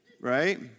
right